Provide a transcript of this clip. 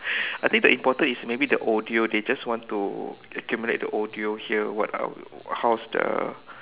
I think the important is maybe the audio they just want to accumulate the audio here what are how's the